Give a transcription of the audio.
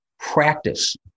Practice